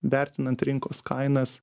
vertinant rinkos kainas